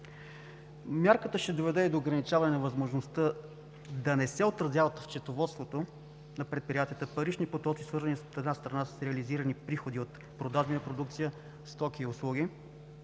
Мярката ще доведе и до ограничаване възможността да не се отразяват в счетоводството на предприятията парични потоци, свързани, от една страна, с реализирани приходи от продадена продукция, стоки и услуги,